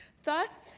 thus,